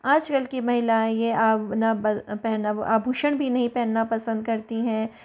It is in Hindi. आज कल की महिलाएँ यह आभूषण भी नहीं पहनना पसंद करती हैं